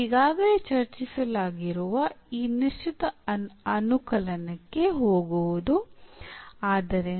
ಈಗಾಗಲೇ ಚರ್ಚಿಸಲಾಗಿರುವ ಈ ನಿಶ್ಚಿತ ಅನುಕಲನಕ್ಕೆ ಹೋಗುವುದು ಆದ್ದರಿಂದ